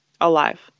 alive